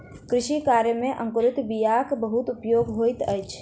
कृषि कार्य में अंकुरित बीयाक बहुत उपयोग होइत अछि